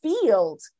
field